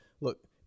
Look